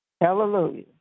Hallelujah